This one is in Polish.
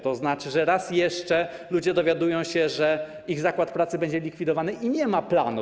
To znaczy, że raz jeszcze ludzie dowiadują się, że ich zakład pracy będzie likwidowany, i nie ma planu.